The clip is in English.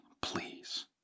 please